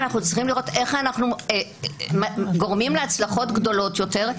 אנחנו צריכים לראות איך אנחנו גורמים להצלחות גדולות יותר,